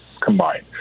combined